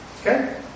Okay